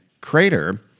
Crater